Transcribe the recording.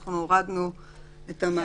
התשל"ז 1977‏: אנחנו הורדנו פה את המאסר,